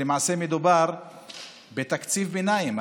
שלמעשה מדובר בתקציב ביניים.